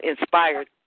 inspired